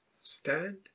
Stand